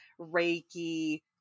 Reiki